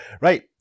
Right